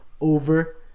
over